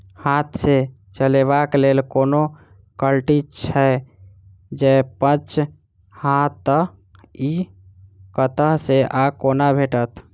हाथ सऽ चलेबाक लेल कोनों कल्टी छै, जौंपच हाँ तऽ, इ कतह सऽ आ कोना भेटत?